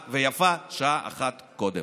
ויפה שעה אחת קודם.